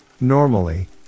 Normally